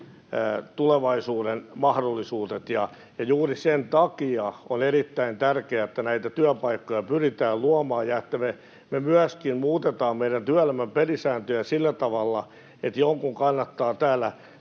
tulevaisuuden mahdollisuudet. Juuri sen takia on erittäin tärkeää, että näitä työpaikkoja pyritään luomaan ja että me myöskin muutetaan meidän työelämän pelisääntöjä sillä tavalla, että jonkun kannattaa täällä